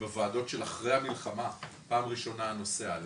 ובוועדות של אחרי המלחמה פעם ראשונה הנושא עלה,